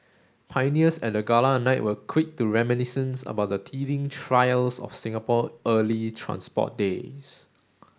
pioneers at the gala night were quick to reminisce about the teething trials of Singapore early transport days